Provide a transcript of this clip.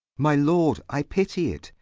my lord, i pity it,